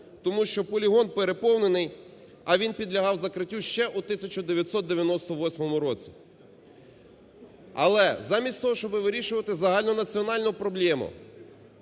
тому що полігон переповнений, а він підлягав закриттю ще у 1998 році. Але замість того, щоби вирішувати загальнонаціональну проблему,